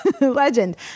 legend